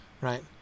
right